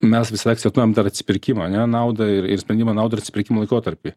mes visada akcentuojam dar atsipirkimą ane naudą ir ir spendimo naudą ir atsipirkimo laikotarpį